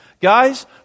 Guys